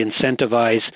incentivize